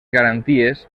garanties